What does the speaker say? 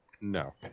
No